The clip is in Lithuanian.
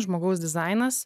žmogaus dizainas